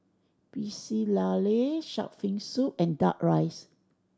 Pecel Lele shark fin soup and Duck Rice